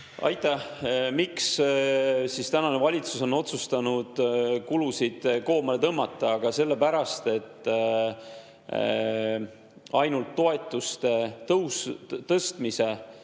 Aitäh! Miks tänane valitsus on otsustanud kulusid koomale tõmmata? Aga sellepärast, et ainult toetuste tõstmise